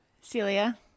Celia